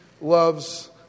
loves